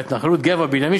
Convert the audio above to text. בהתנחלות גבע-בנימין,